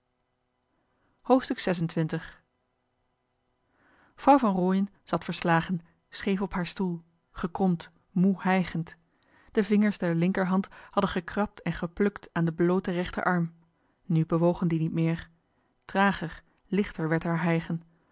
hoofdstuk vrouw van rooien zat verslagen scheef op haar stoel gekromd moe hijgend de vingers der linkerhand hadden gekrabd en geplukt aan den blooten rechterarm nu bewogen die niet meer trager lichter werd haar hijgen